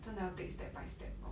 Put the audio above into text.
真的要 take step by step